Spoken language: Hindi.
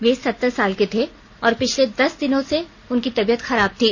वे सतर साल के थे और पिछले दस दिनों से उनकी तबियत खराब थी